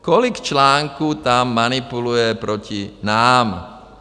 Kolik článků tam manipuluje proti nám.